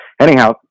anyhow